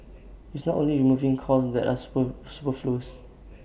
it's not only removing costs that are superfluous